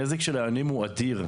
הנזק של היונים הוא אדיר.